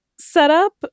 setup